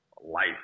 Life